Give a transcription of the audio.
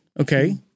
Okay